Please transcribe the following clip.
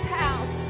house